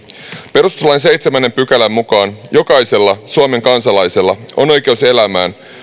perustuslain seitsemännen pykälän mukaan jokaisella suomen kansalaisella on oikeus elämään